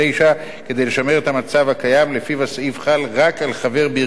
לשמר את המצב הקיים שלפיו הסעיף חל רק על חבר בארגון טרור זר.